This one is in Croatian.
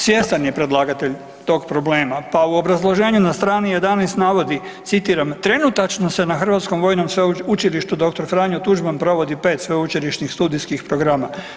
Svjestan je predlagatelj tog problema, pa u obrazloženju na strani 11 navodi, citiram: Trenutačno se na Hrvatskom vojnom sveučilištu „Dr. Franjo Tuđman“ provodi 5 sveučilišnih studijskih programa.